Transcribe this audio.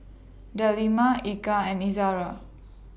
Delima Eka and Izara